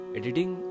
editing